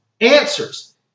answers